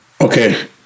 Okay